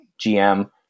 GM